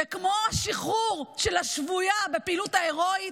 וכמו השחרור של השבויה בפעילות ההירואית,